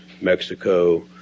Mexico